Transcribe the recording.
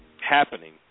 happening